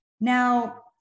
Now